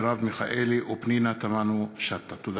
מרב מיכאלי ופנינה תמנו-שטה בנושא: מכתבי